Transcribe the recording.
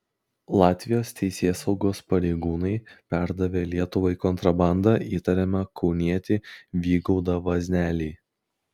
latvijos teisėsaugos pareigūnai perdavė lietuvai kontrabanda įtariamą kaunietį vygaudą vaznelį